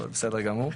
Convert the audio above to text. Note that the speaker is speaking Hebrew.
אבל בסדר גמור.